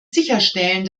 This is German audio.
sicherstellen